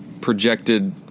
projected